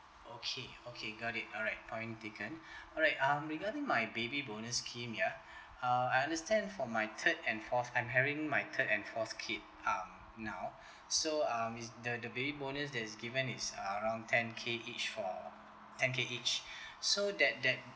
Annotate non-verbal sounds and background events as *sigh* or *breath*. okay okay got it alright point taken *breath* alright um regarding my baby bonus scheme ya uh I understand for my third and fourth I'm having my third and fourth kid um now so um is the the baby bonus that's given is around ten K each for ten K each so that that